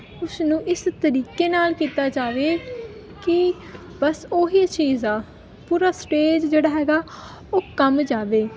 ਉਸਨੂੰ ਇਸ ਤਰੀਕੇ ਨਾਲ ਕੀਤਾ ਜਾਵੇ ਕਿ ਬਸ ਉਹੀ ਚੀਜ਼ ਆ ਪੂਰਾ ਸਟੇਜ ਜਿਹੜਾ ਹੈਗਾ ਉਹ ਕੰਬ ਜਾਵੇ